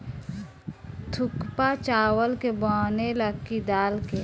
थुक्पा चावल के बनेला की दाल के?